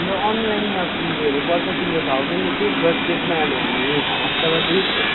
हाम्रो अनलाइनमा फिजहरू पर्छ तिम्रो थाउजन रुपिस बट त्यसमा हामी हामी हप्तामा दुई